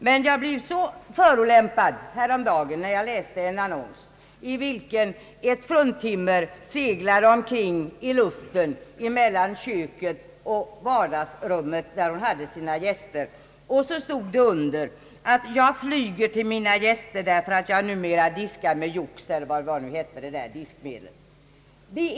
Men jag blev förolämpad och upprörd häromdagen, när jag såg en annons, där ett fruntimmer seglade omkring i luften mellan köket och vardagsrummet, där hennes gäster satt, och så stod det under: »Jag flyger till mina gäster därför att jag numera diskar med Jox», eller vad nu diskmedlet hette.